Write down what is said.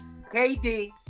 KD